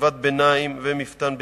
חטיבת ביניים ומפת"ן בטירה.